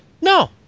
no